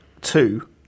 two